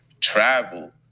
travel